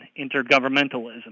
intergovernmentalism